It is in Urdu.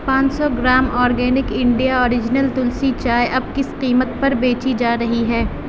پان سو gram organic India original tulsi چائے اب کس قیمت پر بیچی جا رہی ہے